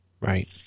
Right